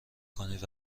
کنید